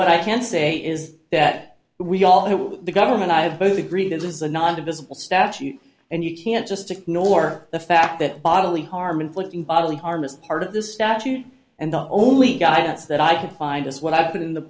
what i can say is that we all have the government i have both agree this is a not a visible statute and you can't just ignore the fact that bodily harm inflicting bodily harm is part of this statute and the only guidance that i could find as what i've been in the